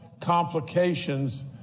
complications